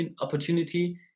opportunity